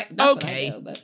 Okay